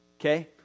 okay